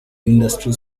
industry